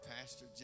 Pastor